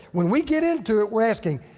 when we get into it, we're asking,